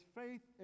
faith